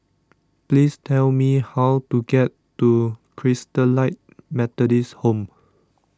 please tell me how to get to Christalite Methodist Home